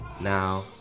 Now